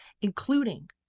including